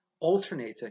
alternating